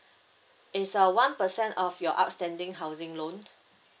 it's uh one percent of your outstanding housing loan